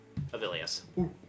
Avilius